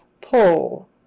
Pull